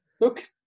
look